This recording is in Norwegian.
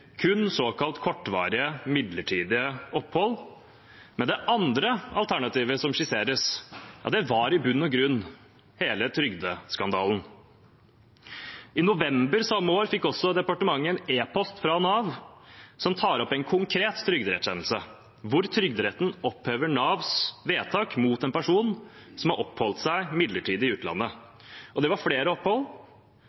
kun såkalt kortvarige, midlertidige opphold, mens det andre alternativet som skisseres, er i bunn og grunn hele trygdeskandalen. I november samme år fikk også departementet en e-post fra Nav som tar opp en konkret trygderettskjennelse, hvor Trygderetten opphever Navs vedtak mot en person som har oppholdt seg midlertidig i utlandet.